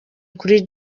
kuri